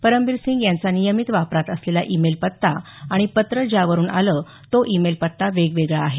परमबीरसिंग यांचा नियमित वापरात असलेला ईमेल पत्ता आणि पत्र ज्यावरून आलं तो ईमेल पत्ता वेगवेगळा आहे